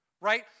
right